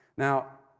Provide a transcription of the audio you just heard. now,